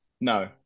No